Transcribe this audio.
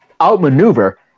outmaneuver